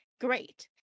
great